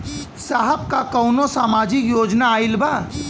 साहब का कौनो सामाजिक योजना आईल बा?